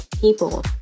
People